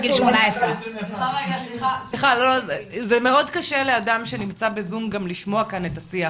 מעל גיל 18. מאוד קשה לאדם שנמצא בזום לשמוע כאן את השיח.